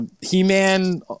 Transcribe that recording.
he-man